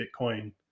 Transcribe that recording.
Bitcoin